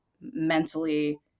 mentally